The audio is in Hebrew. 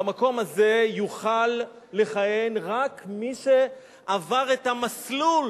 במקום הזה יוכל לכהן רק מי שעבר את המסלול,